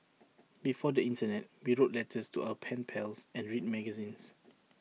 before the Internet we wrote letters to our pen pals and read magazines